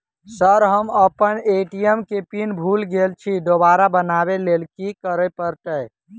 Sir हम अप्पन ATM केँ पिन भूल गेल छी दोबारा बनाबै लेल की करऽ परतै?